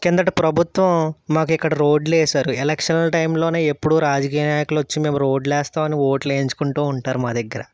కిందట ప్రభుత్వం మాకు ఇక్కడ రోడ్లు వేశారు ఎలక్షన్ టైంలోనే ఎప్పుడు రాజకీయ నాయకులు వచ్చి మేము రోడ్లు వేస్తాం అని ఓట్లు వేయించుకుంటూ ఉంటారు మా దగ్గర